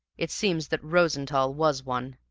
it seems that rosenthall was one.